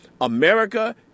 America